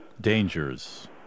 Dangers